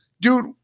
Dude